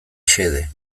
xede